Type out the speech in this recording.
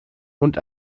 und